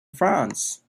france